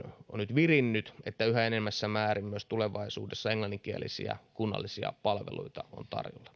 nyt virinnyt että yhä enenevässä määrin myös tulevaisuudessa englanninkielisiä kunnallisia palveluita on tarjolla koska